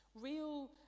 real